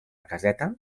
caseta